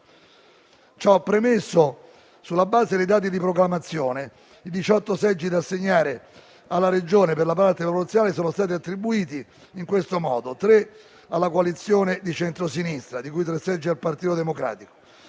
Ciò premesso, sulla base dei dati di proclamazione, i 18 seggi da assegnare alla Regione per la parte proporzionale sono stati attribuiti in questo modo: tre alla coalizione di centrosinistra, di cui tre seggi al Partito Democratico;